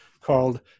called